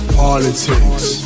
politics